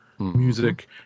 Music